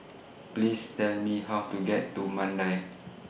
Please Tell Me How to get to Mandai